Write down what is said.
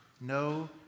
no